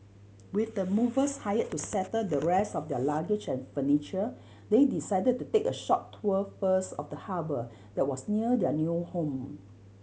with the movers hired to settle the rest of their luggage and furniture they decided to take a short tour first of the harbour that was near their new home